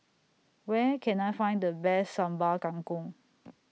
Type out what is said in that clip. Where Can I Find The Best Sambal Kangkong